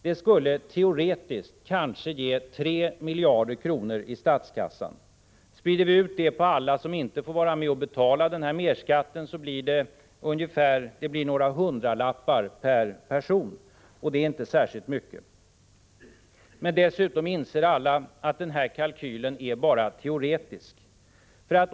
Det skulle teoretiskt kanske ge 3 miljarder kronor i statskassan. Utspritt på alla som inte får vara med och betala denna merskatt blir det några hundralappar per person, och det är inte särskilt mycket. Dessutom inser alla att denna kalkyl bara är teoretisk.